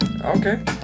Okay